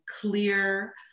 clear